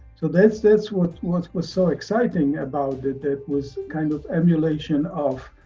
so that's that's what was was so exciting about it. that was kind of emulation of